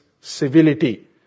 Civility